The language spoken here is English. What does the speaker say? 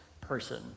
person